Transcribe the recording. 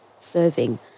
serving